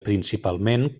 principalment